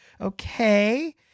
okay